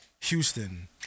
Houston